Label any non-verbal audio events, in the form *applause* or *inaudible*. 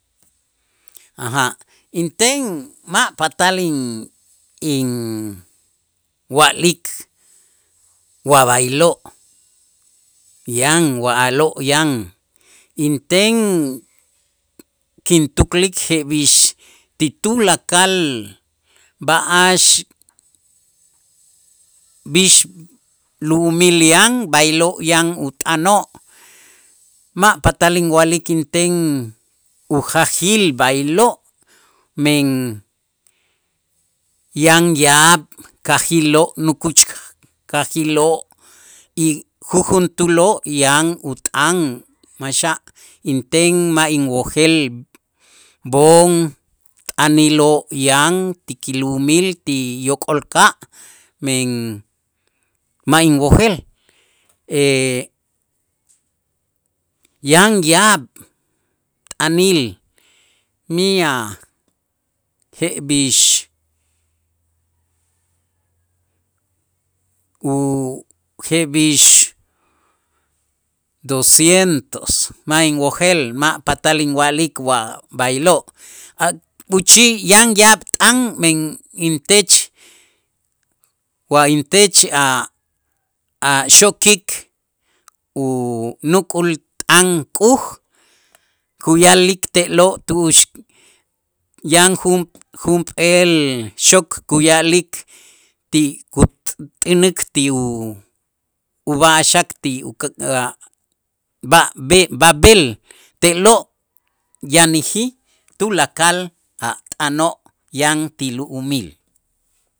*hesitation* Inten ma' patal in- inwa'lik wa b'aylo', yan wa'aloo' yan inten kintuklik jeb'ix ti tulakal b'a'ax b'ix lu'umil yan b'aylo' yan ut'anoo' ma' patal inwa'lik inten ujajil b'aylo', men yan yaab' kajiloo' nukuch kajiloo' y jujuntuuloo' yan ätan maxa', inten ma' inwojel b'oon t'aniloo' yan ti kilu'umil ti yok'olka' men ma' inwojel *hesitation* yan yaab' t'anil miyaj jeb'ix ujeb'ix docientos ma' inwojel ma' patal inwa'lik wa b'aylo' a' puchij yan yaab' t'an men intech wa intech a' a' xokik unukult'an k'uj kuya'lik te'lo' tu'ux yan junp junp'eel xok kuya'lik ti kut t'änik ti u- ub'a'axak ti *unintelligible* ba'-b'ab'el te'lo' yanäjij tulakal a' t'anoo' yan ti lu'umil.